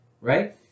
right